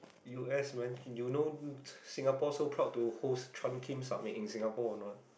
u_s when you know Singapore so proud to host Trump-Kim Summit in Singapore or not